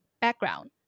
background